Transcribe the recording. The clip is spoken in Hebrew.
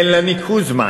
אין לה ניקוז מים,